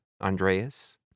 Andreas